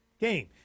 game